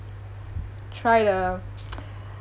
try to